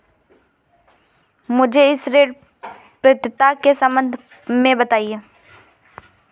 मुझे ऋण पात्रता के सम्बन्ध में बताओ?